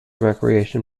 recreation